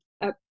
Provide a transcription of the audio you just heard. up